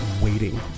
waiting